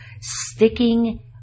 sticking